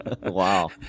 Wow